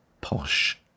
Posh